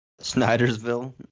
Snydersville